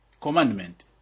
commandment